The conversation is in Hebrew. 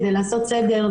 כדי לעשות סדר,